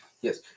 Yes